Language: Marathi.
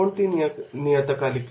कोणती नियतकालिके